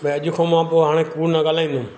भई अॼु खां मां कूड़ न ॻालाईंदुमि